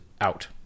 out